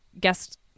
guest